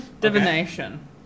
Divination